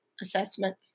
assessment